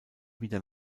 wieder